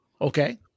Okay